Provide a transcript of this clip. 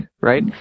right